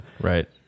right